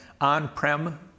on-prem